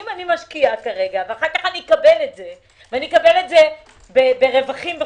אני משקיעה ואקבל את זה אחר כך כרווחים,